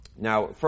Now